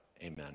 Amen